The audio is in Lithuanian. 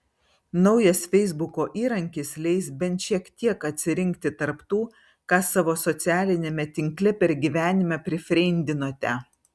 naujas feisbuko įrankis leis bent šiek tiek atsirinkti tarp tų ką savo socialiniame tinkle per gyvenimą prifriendinote